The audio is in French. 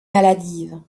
maladive